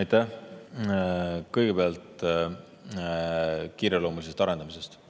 Aitäh! Kõigepealt kiireloomulisest arendamisest.